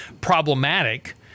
problematic